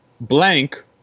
Blank